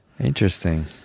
Interesting